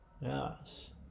yes